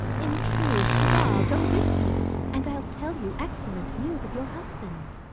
in truth, la, go with me and i'll tell you excellent news of your husband.